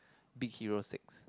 Big-Hero-Six